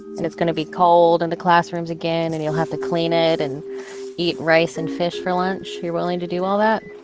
and it's going to be cold in the classrooms again, and you'll have to clean it and eat rice and fish for lunch. you're willing to do all that?